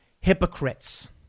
hypocrites